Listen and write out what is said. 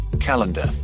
calendar